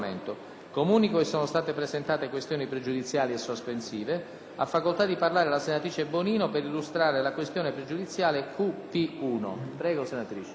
Comunico che sono state presentate questioni pregiudiziali e sospensive. Ha facoltà di parlare la senatrice Bonino per illustrare la questione pregiudiziale QP1.